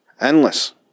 endless